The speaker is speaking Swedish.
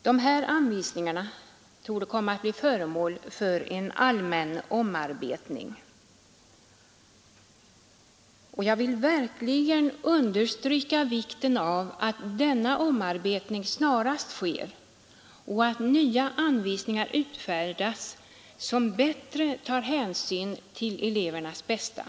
Dessa anvisningar torde komma att bli föremål för en allmän omarbetning. Jag vill verkligen understryka vikten av att denna omarbetning snarast sker och att nya anvisningar utfärdas som bättre tar hänsyn till elevernas bästa.